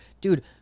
Dude